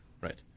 Right